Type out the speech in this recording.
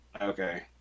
Okay